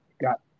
got